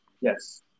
Yes